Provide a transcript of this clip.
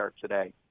today